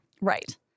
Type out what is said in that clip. Right